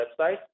website